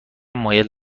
مایل